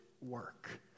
work